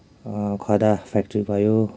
खदा फ्याक्ट्री भयो